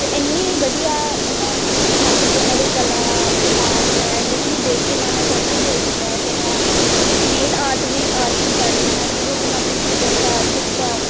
ਅਤੇ ਇੰਨੀ ਵਧੀਆ ਉਹਨਾਂ ਨੇ ਹੱਥ 'ਚ ਉਹਨਾਂ ਦੇ ਕਲਾ ਅਤੇ ਆਰਟ ਹੈ ਜਿਸਨੂੰ ਦੇਖ ਕੇ ਮਨ ਆਕਰਸ਼ਿਤ ਹੋ ਜਾਂਦਾ ਅਤੇ ਮੈਂ ਇੱਕ ਨੇਲ ਆਰਟ ਵੀ ਆਰਟ ਵੀ ਕਰਦੀ ਹਾਂ ਜਿਹਦੇ ਉੱਤੇ ਮੈਂ ਆਪਣੀ ਚਿੱਤਰਤਾ ਚਿੱਤਰਕਾਰ